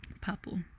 purple